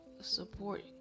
support